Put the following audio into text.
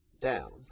down